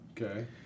Okay